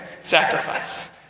Sacrifice